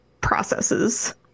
processes